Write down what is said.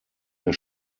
der